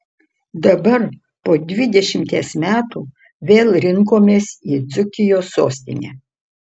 dabar po dvidešimties metų vėl rinkomės į dzūkijos sostinę